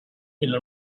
إلى